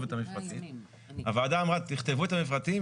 את המפרטים הוועדה אמרה תכתבו את המפרטים,